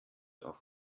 auf